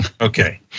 Okay